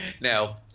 Now